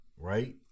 right